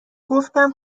گفتم